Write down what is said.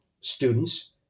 students